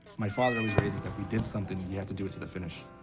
my father always raised us up, you did something, you have to do it to the finish.